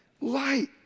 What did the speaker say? Light